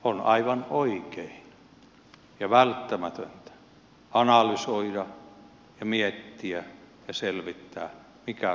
on aivan oikein ja välttämätöntä analysoida ja miettiä ja selvittää mikä kunta on tulevaisuudessa